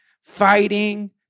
fighting